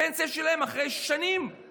הפנסיה שלהם אחרי שנים היא